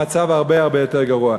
המצב הרבה הרבה יותר גרוע.